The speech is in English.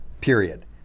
period